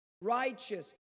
righteous